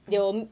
mm